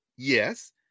Yes